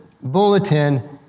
bulletin